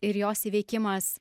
ir jos įveikimas